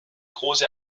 große